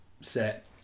set